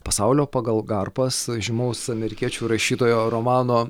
pasaulio pagal garpas žymaus amerikiečių rašytojo romano